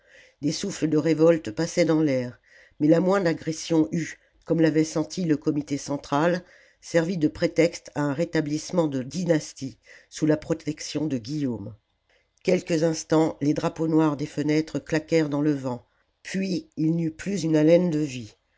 des souffles de révolte passaient dans l'air mais la moindre agression eût comme l'avait senti le comité central servi de prétexte à un rétablissement de dynastie sous la protection de guillaume quelques instants les drapeaux noirs des fenêtres claquèrent dans le vent puis il n'y en eut plus une haleine de vie